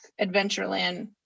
Adventureland